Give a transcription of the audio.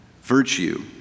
virtue